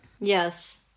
Yes